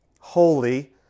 holy